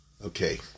Okay